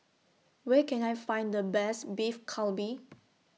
Where Can I Find The Best Beef Galbi